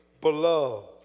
beloved